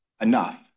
enough